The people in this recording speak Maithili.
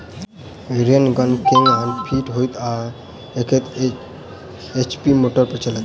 रेन गन केना फिट हेतइ आ कतेक एच.पी मोटर पर चलतै?